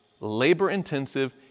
labor-intensive